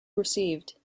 received